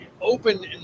open